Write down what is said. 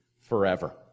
forever